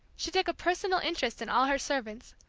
she took a personal interest in all her servants,